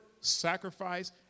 sacrifice